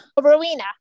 Rowena